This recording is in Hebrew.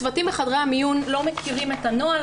הצוותים בחדרי המיון לא מכירים את הנוהל.